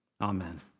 Amen